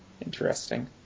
interesting